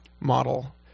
model